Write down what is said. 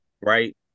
Right